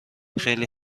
خیلی